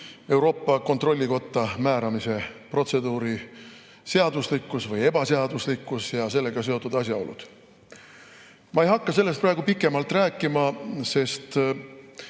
Euroopa Kontrollikotta määramise protseduuri seaduslikkus või ebaseaduslikkus ja sellega seotud asjaolud. Ma ei hakka sellest praegu pikemalt rääkima, sest